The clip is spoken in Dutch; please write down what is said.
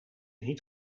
niet